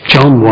John